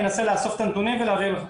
אני אנסה לאסוף את הנתונים ולהעביר אליך.